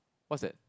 what's that